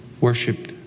worship